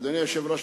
אדוני היושב-ראש,